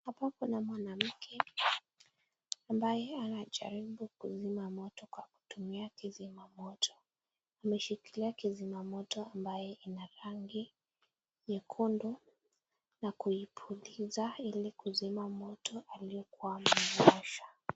Hapa kuna mwanamke, ambaye anajaribu kuzima moto kwa kizima moto, ameshikilia kizuma moto ambayo ina rangi nyekundu, na kuipuliza ili kuzima moto aliyokuwa ameiwasha.